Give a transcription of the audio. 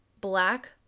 black